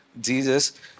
Jesus